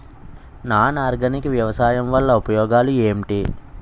Non organic వ్యవసాయం వల్ల ఉపయోగాలు ఏంటీ?